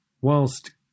whilst